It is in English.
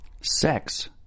Sex